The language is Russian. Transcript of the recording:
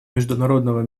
международного